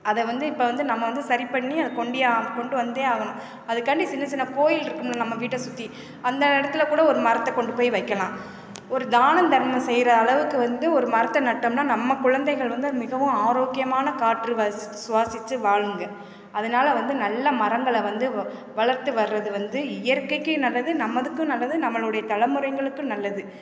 அதை வந்து இப்போ வந்து நம்ம வந்து சரி பண்ணி அது கொண்டியா கொண்டு வந்தே ஆகணும் அதுக்காண்டி சின்ன சின்ன கோயில் இருக்கும்ல நம்ம வீட்டை சுற்றி அந்த இடத்துல கூட ஒரு மரத்தை கொண்டு போய் வைக்கலாம் ஒரு தானம் தர்மம் செய்கிற அளவுக்கு வந்து ஒரு மரத்தை நட்டம்னால் நம்ம குழந்தைகள் வந்து மிகவும் ஆரோக்கியமான காற்று வாசிச் சுவாசிச்சு வாழுங்கள் அதனால் வந்து நல்ல மரங்களை வந்து வ வளர்த்து வர்றது வந்து இயற்கைக்கு நல்லது நம்மதுக்கு நல்லது நம்மளுடைய தலமுறைகளுக்கும் நல்லது